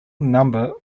number